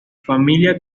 familia